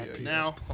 now